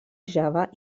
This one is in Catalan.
java